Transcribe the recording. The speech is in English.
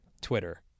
Twitter